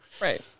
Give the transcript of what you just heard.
right